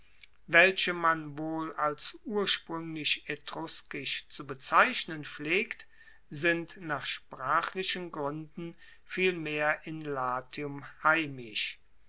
welche man wohl als urspruenglich etruskisch zu bezeichnen pflegt sind nach sprachlichen gruenden vielmehr in latium heimisch